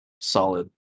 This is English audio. solid